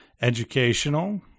educational